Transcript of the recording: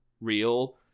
real